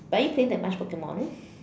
but are you playing that much Pokemon